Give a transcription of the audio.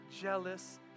jealous